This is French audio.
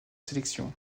sélection